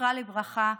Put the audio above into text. זכרה לברכה,